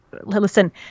listen